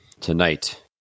tonight